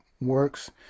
works